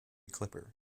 clipper